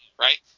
right